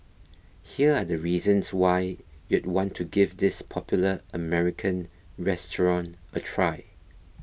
here are the reasons why you'd want to give this popular American restaurant a try